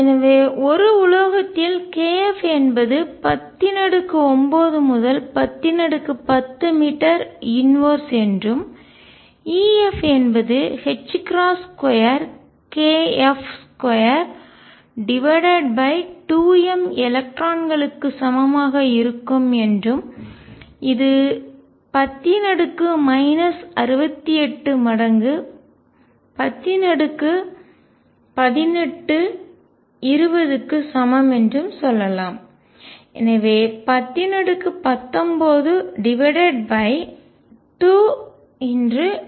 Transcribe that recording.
எனவே ஒரு உலோகத்தில் kF என்பது 109 முதல் 1010 மீட்டர் இன்வெர்ஸ் தலைகீழ் என்றும் F என்பது 2kF22m எலக்ட்ரான்களுக்கு சமமாக இருக்கும் என்றும் இது 10 68 மடங்கு 1018 20 க்கு சமம் என்றும் சொல்லலாம் எனவே 1019 2×9